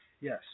Yes